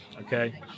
okay